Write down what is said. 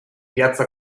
piazza